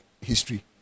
history